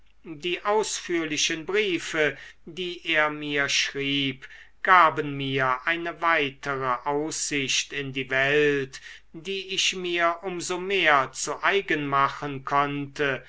die ausführlichen briefe die er mir schrieb gaben mir eine weitere aussicht in die welt die ich mir um so mehr zu eigen machen konnte